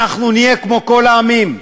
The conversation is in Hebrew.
אנחנו נהיה כמו כל העמים,